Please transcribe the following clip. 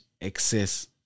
excess